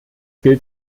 gilt